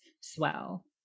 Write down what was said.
swell